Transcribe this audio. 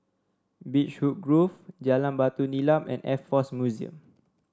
Beechwood Grove Jalan Batu Nilam and Air Force Museum